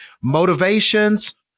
motivations